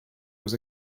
was